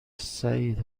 سعید